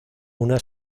una